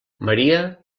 maria